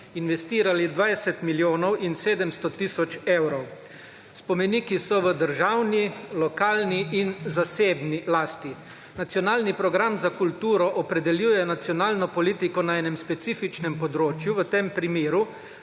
investirali 20 milijonov in 700 tisoč evrov. spomeniki so v državni, lokalni in zasebni lasti. nacionalni program za kulturo opredeljuje nacionalno politiko na enem specifičnem področju, v tem primeru